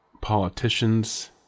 politicians